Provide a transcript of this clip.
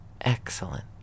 excellent